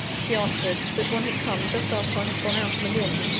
she answered, that one had come just after i had gone out in the morning,